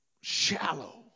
shallow